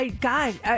God